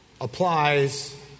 applies